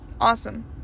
awesome